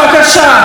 בבקשה.